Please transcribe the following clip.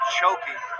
choking